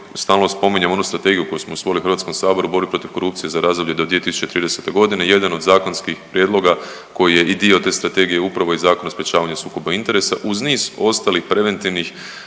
stalno spominjem onu strategiju koju smo usvojili u HS-u u borbi protiv korupcije za razdoblje do 2030. i jedan od zakonskih prijedloga koji je i dio te strategije je upravo i Zakon o sprječavanju sukoba interesa uz niz ostalih preventivnih